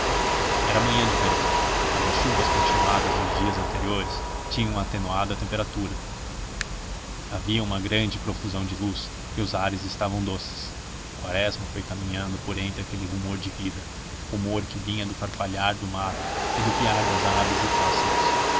era manhã de verão mas as chuvas continuadas dos dias anteriores tinham atenuado a temperatura havia uma grande profusão de luz e os ares estavam doces quaresma foi caminhando por entre aquele rumor de vida rumor que vinha do farfalhar do mato e do piar das aves e pássaros